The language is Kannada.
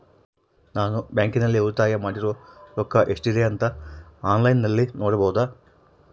ನಾನು ಬ್ಯಾಂಕಿನಲ್ಲಿ ಉಳಿತಾಯ ಮಾಡಿರೋ ರೊಕ್ಕ ಎಷ್ಟಿದೆ ಅಂತಾ ಆನ್ಲೈನಿನಲ್ಲಿ ನೋಡಬಹುದಾ?